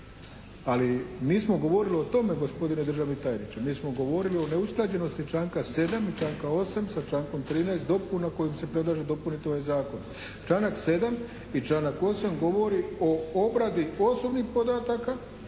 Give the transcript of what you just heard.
ali mi smo govorili o tome gospodine državni tajniče, mi smo govorili o neusklađenosti članka 7. i članka 8. sa člankom 13. dopuna kojim se predlaže dopuniti ovaj zakon. Članak 7. i članak 8. govori o obradi osobnih podataka